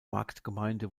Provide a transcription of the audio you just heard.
marktgemeinde